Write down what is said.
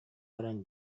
баран